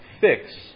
fix